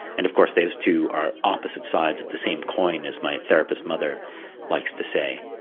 and of course those two are opposite sides of the same coin, as my therapist mother likes to say.